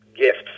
gifts